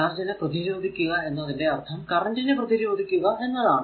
ചാർജിനെ പ്രതിരോധിക്കുക എന്നതിന്റെ അർഥം കറന്റ് നെ പ്രതിരോധിക്കുക എന്നതാണ്